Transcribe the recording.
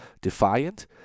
defiant